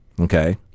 okay